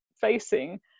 facing